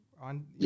on